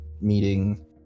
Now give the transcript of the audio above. meeting